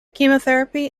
chemotherapy